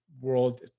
world